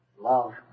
love